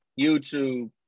YouTube